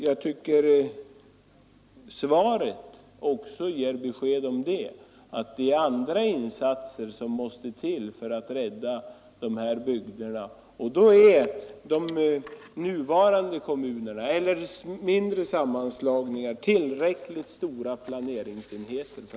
Jag tycker att svaret också ger besked om att det är andra insatser som måste till för att rädda de här bygderna, och då är mindre omfattande sammanslagningar tillräckligt stora planeringsenheter.